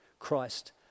Christ